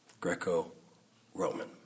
Greco-Roman